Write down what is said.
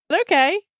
Okay